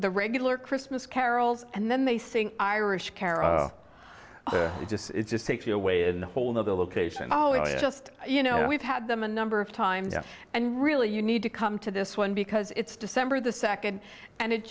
the regular christmas carols and then they sing irish care or it just it just takes you away in the whole of the location oh it's just you know we've had them a number of times and really you need to come to this one because it's december the second and it